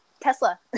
Tesla